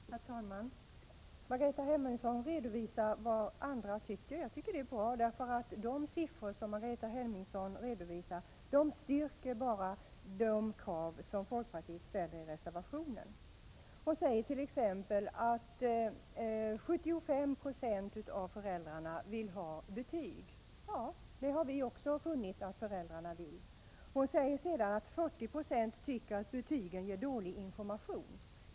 Herr talman! Margareta Hemmingsson redovisar vad andra tycker. Det är bra, eftersom de siffror Margareta Hemmingsson redovisade bara styrker de krav som folkpartiet ställer i reservationen. Hon säger t.ex. att 75 90 av föräldrarna vill ha betyg. Ja, det har vi också funnit att föräldrarna vill. Hon säger vidare att 40 96 tycker att betygen ger dålig information.